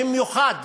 במיוחד.